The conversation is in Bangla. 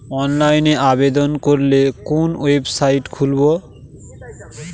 অনলাইনে আবেদন করলে কোন ওয়েবসাইট খুলব?